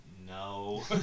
no